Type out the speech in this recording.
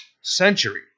century